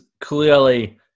clearly